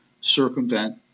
circumvent